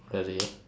really